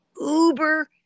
uber